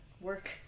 work